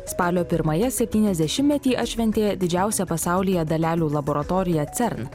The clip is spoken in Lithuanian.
spalio pirmąją septyniasdešimtmetį atšventė didžiausia pasaulyje dalelių laboratorija cern